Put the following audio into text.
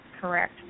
Correct